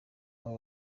abo